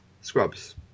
Scrubs